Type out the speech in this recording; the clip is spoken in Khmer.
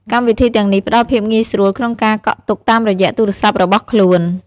កម្មវិធីទាំងនេះផ្តល់ភាពងាយស្រួលក្នុងការកក់ទុកតាមរយៈទូរស័ព្ទរបស់ខ្លួន។